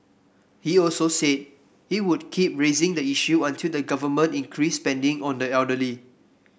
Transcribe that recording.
he also said he would keep raising the issue until the Government increased spending on the elderly